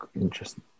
interesting